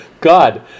God